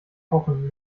kochen